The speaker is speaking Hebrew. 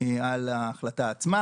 על ההחלטה עצמה.